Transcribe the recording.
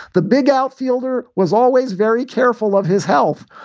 the big outfielder was always very careful of his health.